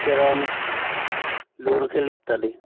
carrom দৌৰ খেল ইত্যাদি